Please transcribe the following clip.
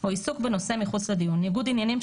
או עיסוק בנושא מחוץ לדיון; "ניגוד עניינים",